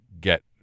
get